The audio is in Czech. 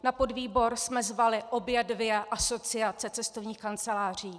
Na podvýbor jsme zvali obě dvě asociace cestovních kanceláří.